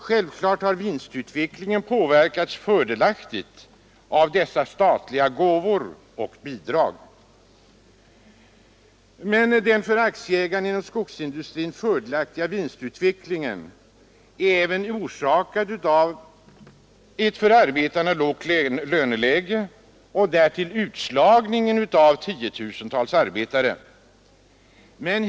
Självklart har vinstutvecklingen påverkats fördelaktigt av dessa statliga gåvor och bidrag. Men den för aktieägarna inom skogsindustrin fördelaktiga vinstutvecklingen är inte endast orsakad av ett för arbetarna lågt löneläge och utslagningen av tiotusentals arbetare.